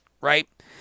right